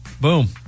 Boom